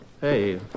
Hey